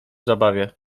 zabawie